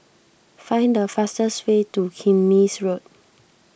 find the fastest way to Kismis Road